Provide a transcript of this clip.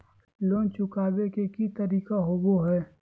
Loan चुकाबे के की तरीका होबो हइ?